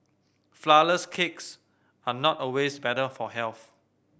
flourless cakes are not always better for health